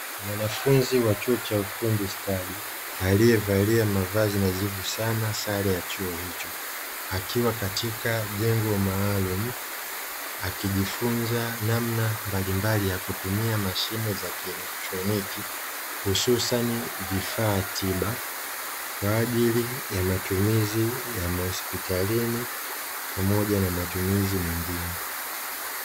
Mwanafunzi wa chuo cha ufundi stadi aliyevalia mavazi nadhifu sana sare ya chuo hicho akiwa katika jengo maalumu akijifunza namna mbalimbali ya kutumia mashine za kielektroniki hususani vifaa tiba kwa ajili ya matumizi ya mahospitalini pamoja na matumizi mengine.